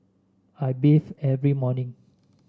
I bathe every morning